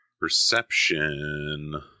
Perception